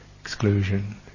exclusion